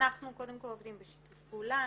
אנחנו קודם כל עובדים בשיתוף פעולה.